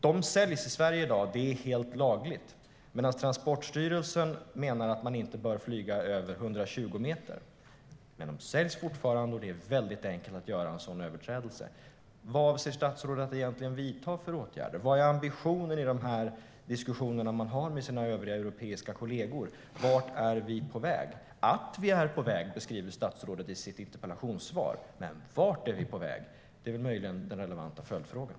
De säljs i Sverige i dag, helt lagligt, medan Transportstyrelsen menar att man inte bör flyga över 120 meter. Men de säljs fortfarande, och det är väldigt enkelt att göra en sådan överträdelse. Vad avser statsrådet att vidta för åtgärder? Vad är ambitionen i diskussionerna hon har med sina europeiska kollegor? Vart är vi på väg? Att vi är på väg beskriver statsrådet i sitt interpellationssvar, men vart är vi på väg? Det är möjligen den relevanta följdfrågan.